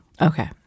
Okay